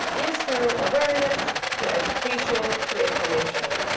is through awareness, through education, through information.